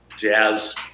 jazz